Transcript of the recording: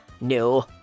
No